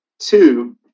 Two